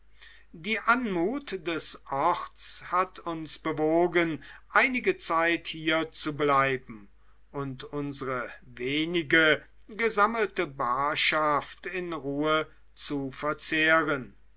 die anmut des orts hat uns bewogen einige zeit hier zu bleiben und unsre wenige gesammelte barschaft in ruhe zu verzehren